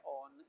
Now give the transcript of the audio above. on